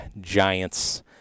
Giants